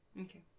okay